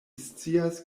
scias